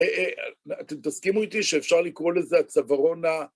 אתם תסכימו איתי שאפשר לקרוא לזה הצווארון ה...